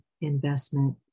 investment